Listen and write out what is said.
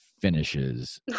finishes